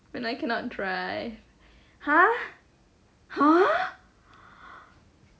when I cannot drive !huh! !huh!